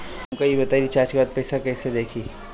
हमका ई बताई कि रिचार्ज के बाद पइसा कईसे देखी?